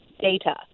data